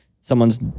someone's